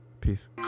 peace